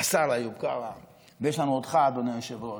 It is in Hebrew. השר איוב קרא, ויש לנו אותך, אדוני היושב-ראש.